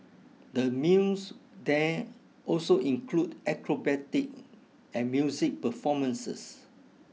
the meals there also include acrobatic and music performances